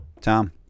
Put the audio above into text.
Tom